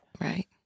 Right